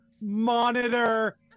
monitor